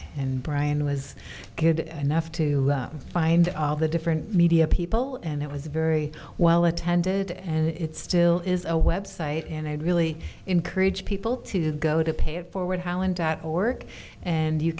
and brian was good enough to find all the different media people and it was very well attended and it still is a website and i really encourage people to go to pay it forward holland dot org and you